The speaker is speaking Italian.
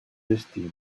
destino